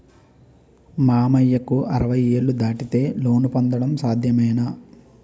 మామయ్యకు అరవై ఏళ్లు దాటితే లోన్ పొందడం సాధ్యమేనా?